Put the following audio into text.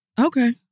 Okay